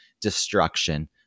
destruction